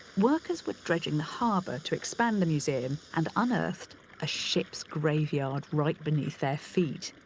workers were dredging the harbour to expand the museum and unearthed a ship's graveyard right beneath their feet,